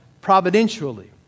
providentially